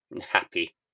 happy